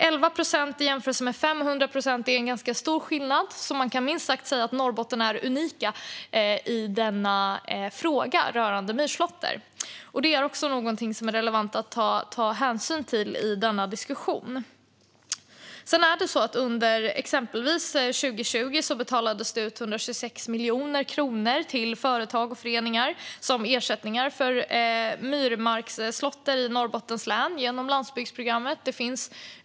Skillnaden är alltså ganska stor, så man kan definitivt säga att Norrbotten är unikt i fråga om myrslåtter. Detta är också något som det är relevant att ta hänsyn till i denna diskussion. Under exempelvis 2020 betalades det genom landsbygdsprogrammet ut 126 miljoner kronor till företag och föreningar i ersättning för myrmarksslåtter i Norrbottens län.